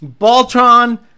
Baltron